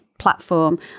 Platform